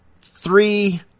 Three